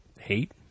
hate